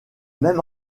même